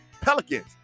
Pelicans